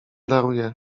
daruję